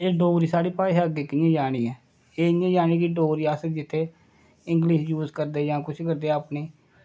एह् डोगरी साढ़ी भाशा अग्गें कि'यां जानी ऐ एह् इं'या जानी कि डोगरी अस जित्थें इंगलिश यूज़ करदे जां कुछ करदे अपनी